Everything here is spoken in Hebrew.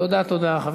תודה, תודה.